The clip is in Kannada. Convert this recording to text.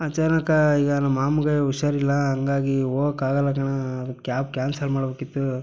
ಅಚಾನಕ ಈಗ ನಮ್ಮ ಮಾಮಾಗೆ ಹುಷಾರಿಲ್ಲ ಹಾಗಾಗಿ ಹೋಗಕ್ಕೆ ಆಗೋಲ್ಲ ಕಣೋ ಕ್ಯಾಬ್ ಕ್ಯಾನ್ಸಲ್ ಮಾಡ್ಬೇಕಿತ್ತು